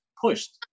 pushed